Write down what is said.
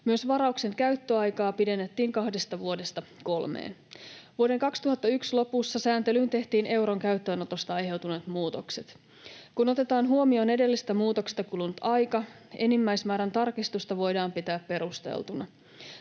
Myös varauksen käyttöaikaa pidennettiin kahdesta vuodesta kolmeen. Vuoden 2001 lopussa sääntelyyn tehtiin euron käyttöönotosta aiheutuneet muutokset. Kun otetaan huomioon edellisestä muutoksesta kulunut aika, enimmäismäärän tarkistusta voidaan pitää perusteltuna.